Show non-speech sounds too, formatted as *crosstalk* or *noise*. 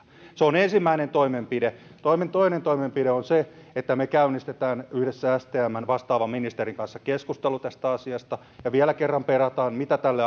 se on ensimmäinen toimenpide toinen toinen toimenpide on se että me käynnistämme yhdessä stmn vastaavan ministerin kanssa keskustelun tästä asiasta ja vielä kerran perkaamme mitä tälle *unintelligible*